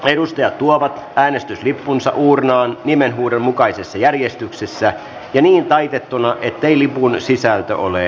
edustajat tuovat äänestyslippunsa uurnaan nimenhuudon mukaisessa järjestyksessä ja niin taitettuina ettei lipun sisältö ole näkyvissä